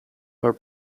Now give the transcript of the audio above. her